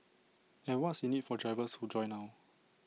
and what's in IT for drivers who join now